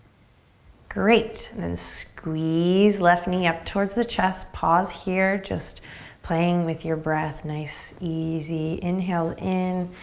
great, then squeeze left knee up towards the chest. pause here, just playing with your breath. nice, easy inhales in,